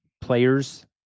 players